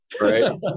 right